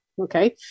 okay